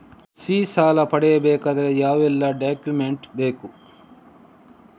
ಕೃಷಿ ಸಾಲ ಪಡೆಯಬೇಕಾದರೆ ಯಾವೆಲ್ಲ ಡಾಕ್ಯುಮೆಂಟ್ ಬೇಕು?